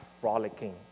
frolicking